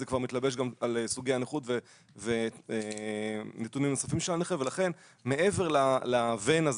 זה גם מתלבש על סוגי הנכות ונתונים נוספים של הנכה ולכן מעבר לוואן הזה